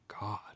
god